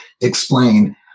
explain